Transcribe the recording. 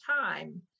time